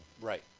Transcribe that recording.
Right